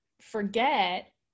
forget